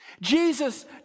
Jesus